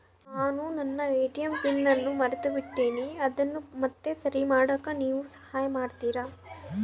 ನಾನು ನನ್ನ ATM PIN ಅನ್ನು ಮರೆತುಬಿಟ್ಟೇನಿ ಅದನ್ನು ಮತ್ತೆ ಸರಿ ಮಾಡಾಕ ನೇವು ಸಹಾಯ ಮಾಡ್ತಿರಾ?